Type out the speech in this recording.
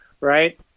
right